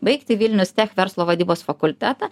baigti vilnius tech verslo vadybos fakultetą